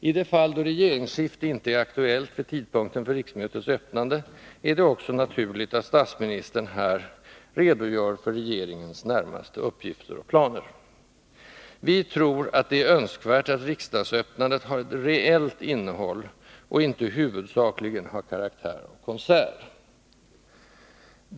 I det fall då regeringsskifte inte är aktuellt vid tidpunkten för riksmötets öppnande är det också naturligt att statsministern här redogör för regeringens närmaste uppgifter och planer. Vi tror att det är önskvärt att riksdagsöppnandet har ett reellt innehåll och inte huvudsakligen har karaktär av konsert.